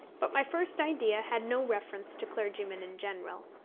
but my first idea had no reference to clergymen in general.